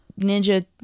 ninja